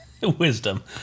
wisdom